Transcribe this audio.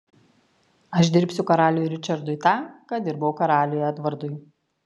aš dirbsiu karaliui ričardui tą ką dirbau karaliui edvardui